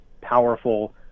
powerful